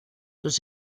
los